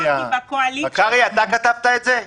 קרעי, אתה כתבת את הצעת החוק?